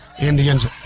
Indians